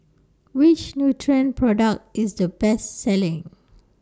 Which Nutren Product IS The Best Selling